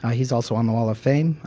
ah he's also on the wall of fame,